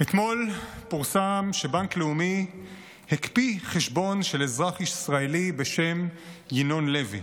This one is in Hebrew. אתמול פורסם שבנק לאומי הקפיא חשבון של אזרח ישראלי בשם ינון לוי.